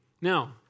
Now